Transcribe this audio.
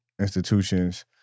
institutions